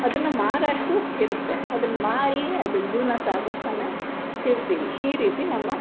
ಅದನ್ನು ಮಾರೋ ಅಷ್ಟು ಇರುತ್ತೆ ಅದನ್ನ ಮಾರಿ ಅದನ್ನ ಜೀವನ ಸಾಗಿಸ್ತಾನೆ ಇರ್ತೀವಿ ಈ ರೀತಿ ನಮ್ಮ